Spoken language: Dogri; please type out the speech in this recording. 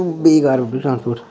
बेकार ट्रांसपोर्ट